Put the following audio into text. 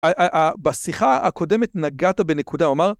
בשיחה הקודמת נגעת בנקודה, הוא אמר...